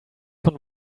von